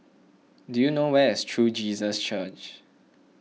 do you know where is True Jesus Church